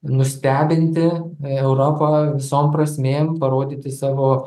nustebinti europą visom prasmėm parodyti savo